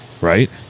Right